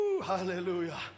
hallelujah